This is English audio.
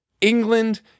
England